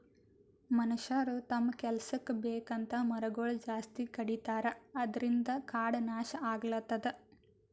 ಮನಷ್ಯರ್ ತಮ್ಮ್ ಕೆಲಸಕ್ಕ್ ಬೇಕಂತ್ ಮರಗೊಳ್ ಜಾಸ್ತಿ ಕಡಿತಾರ ಅದ್ರಿನ್ದ್ ಕಾಡ್ ನಾಶ್ ಆಗ್ಲತದ್